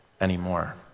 anymore